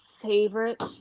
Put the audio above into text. favorite